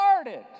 started